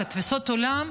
את תפיסות העולם,